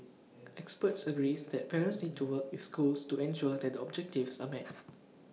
experts agrees that parents seem to work with schools to ensure that the objectives are met